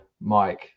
Mike